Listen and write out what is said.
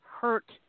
hurt